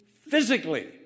physically